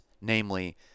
namely